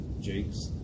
Jake's